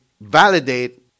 validate